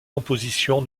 compositions